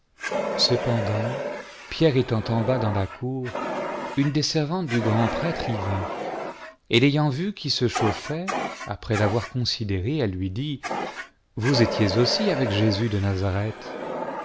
cependant pierre étant en bas dans la cour une des servantes du grand prêtre y vint et l'ayant vu qui se chauffait après l'avoir considéré elle lui dit vous étiez aussi avec jésus de nazareth